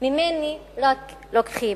ממני רק לוקחים.